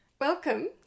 Welcome